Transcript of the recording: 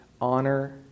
Honor